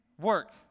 work